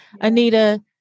Anita